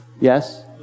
Yes